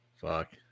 Fuck